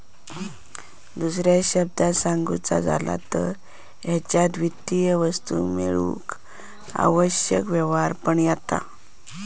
दुसऱ्या शब्दांत सांगुचा झाला तर हेच्यात वित्तीय वस्तू मेळवूक आवश्यक व्यवहार पण येता